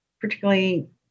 particularly